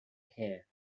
hair